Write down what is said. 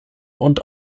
und